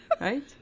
right